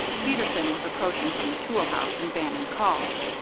peterson was approaching from the tool house, and bannon called.